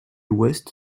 ouest